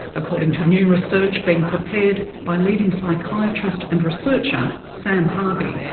according to new research being prepared by leading psychiatrist and researcher sam harvey.